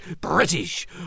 British